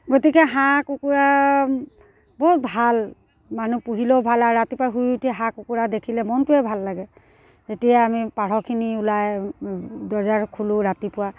গতিকে হাঁহ কুকুৰা বহুত ভাল মানুহ পুহিলেও ভাল আৰু ৰাতিপুৱা শুই উঠি হাঁহ কুকুৰা দেখিলে মনটোৱে ভাল লাগে তেতিয়া আমি পাৰখিনি ওলাই দৰ্জা খোলোঁ ৰাতিপুৱা